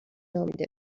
نامیده